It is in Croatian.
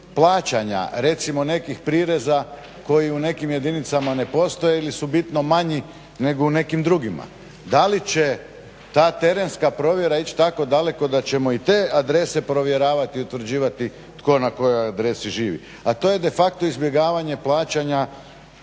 plaćanja recimo nekih prireza koji u nekim jedinicama ne postoje ili su bitno manji nego u nekim drugima. Da li će ta terenska provjera ići tako daleko da ćemo i te adrese provjeravati i utvrđivati tko na kojoj adresi živi, a to je de facto izbjegavanje plaćanja